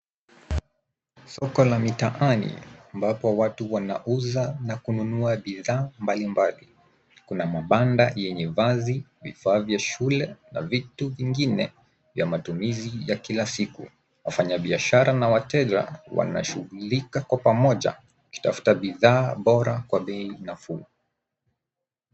Soko la mitaani ambapo watu wanauza na kununua bidhaa mbalimbali. Kuna mabanda yenye vazi, vifaa vya shule na vitu vingine vya matumizi ya kila siku. Wafanyabiashara na wateja wanashughulika kwa pamoja wakitafuta bidhaa bora kwa bei nafuu.